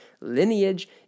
lineage